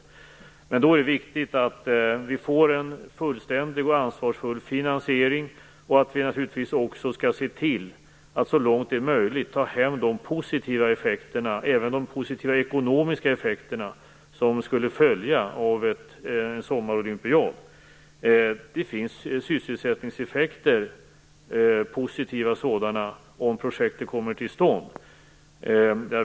Om det skulle bli så är det viktigt att vi får en fullständig och ansvarsfull finansiering. Naturligtvis skall vi också se till att så långt som det är möjligt ta hem de positiva effekterna. Det gäller även de positiva ekonomiska effekterna som skulle följa av en sommarolympiad. Det finns sysselsättningseffekter - positiva sådana - om projektet kommer till stånd.